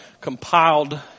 compiled